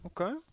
Okay